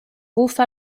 bufa